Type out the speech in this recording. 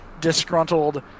disgruntled